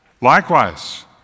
Likewise